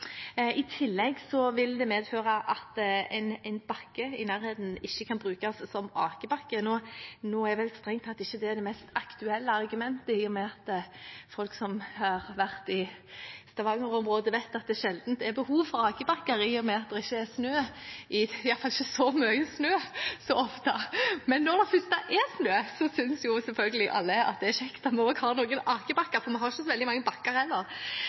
I tillegg vil det medføre at en bakke i nærheten ikke kan brukes som akebakke. Nå er vel strengt tatt ikke det det mest aktuelle argumentet, i og med at folk som har vært i Stavanger-området, vet at det sjelden er behov for akebakker, i og med at det ikke er snø – iallfall ikke så mye snø – så ofte. Men når det først er snø, synes selvfølgelig alle at det er kjekt om vi også har noen akebakker, for vi har ikke så veldig mange bakker